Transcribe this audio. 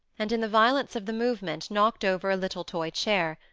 and, in the violence of the movement, knocked over a little toy chair,